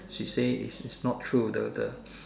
she say is is not true the the